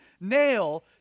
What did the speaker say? nail